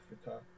Africa